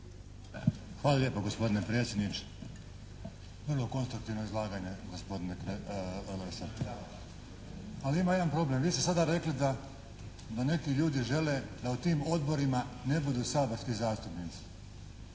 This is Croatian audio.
Hvala lijepo gospodine predsjedniče. Vrlo konstruktivno izlaganje gospodine. Ali ima jedan problem, vi ste sada rekli da neki ljudi žele da u tim odborima ne budu saborski zastupnici,